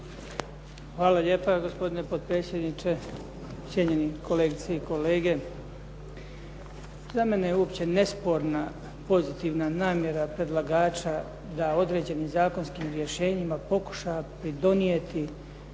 Hvala lijepa. Gospodine potpredsjedniče, cijenjeni kolegice i kolege. Za mene je uopće nesporna pozitivna namjera predlagača da određenim zakonskim rješenjima pokuša pridonijeti